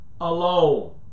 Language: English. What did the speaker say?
Alone